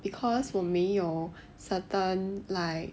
because 我没有 certain like